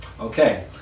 Okay